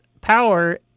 power